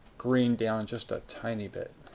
green down just a tiny bit.